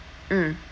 mm